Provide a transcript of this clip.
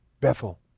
Bethel